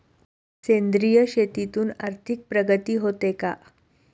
सेंद्रिय शेतीतून आर्थिक प्रगती होते का?